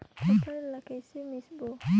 फाफण ला कइसे मिसबो?